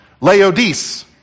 Laodice